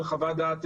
על חוות דעת,